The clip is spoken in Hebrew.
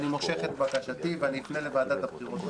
אני מושך את בקשתי ואני אפנה לוועדת הבחירות המרכזית.